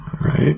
Right